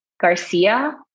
Garcia